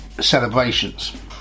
celebrations